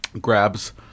grabs